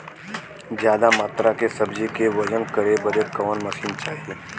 ज्यादा मात्रा के सब्जी के वजन करे बदे कवन मशीन चाही?